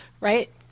right